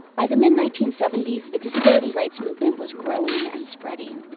by the mid nineteen seventy s, the disability rights movement was growing and spreading.